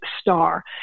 star